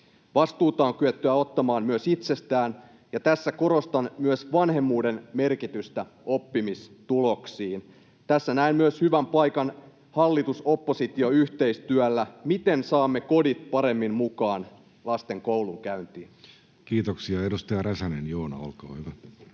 Vastuuta on kyettävä ottamaan myös itsestään, ja tässä korostan myös vanhemmuuden merkitystä oppimistuloksissa. Tässä näen myös hyvän paikan hallitus—oppositio-yhteistyölle: miten saamme kodit paremmin mukaan lasten koulunkäyntiin? Kiitoksia. — Edustaja Räsänen, Joona, olkaa hyvä.